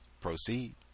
proceed